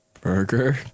Burger